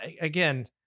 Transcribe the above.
again